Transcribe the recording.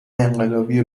انقلابی